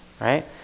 right